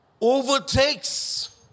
overtakes